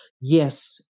yes